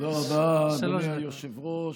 תודה רבה, אדוני היושב-ראש.